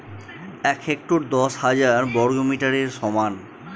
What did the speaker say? এক হেক্টর দশ হাজার বর্গমিটারের সমান